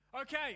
Okay